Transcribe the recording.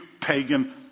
pagan